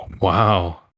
Wow